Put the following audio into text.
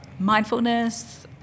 mindfulness